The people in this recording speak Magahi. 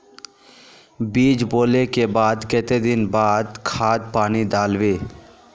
बीज बोले के बाद केते दिन बाद खाद पानी दाल वे?